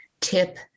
tip